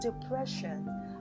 depression